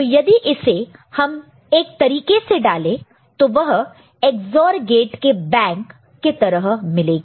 तो यदि इसे हम एक तरीके से डाले तो वह XOR गेट के बैंक के तरह मिलेगा